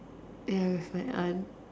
ya with my aunt